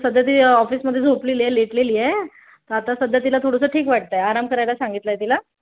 सध्या ती ऑफिसमध्ये झोपलेली आहे लेटलेली आहे आता सध्या तिला थोडंसं ठीक वाटत आहे आराम करायला सांगितलाय तिला